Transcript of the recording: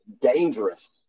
dangerous